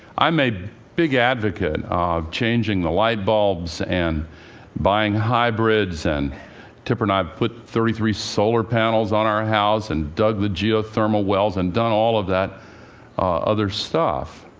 i'm a big advocate of changing the lightbulbs and buying hybrids, and tipper and i put thirty three solar panels on our house, and dug the geothermal wells, and did all of that other stuff.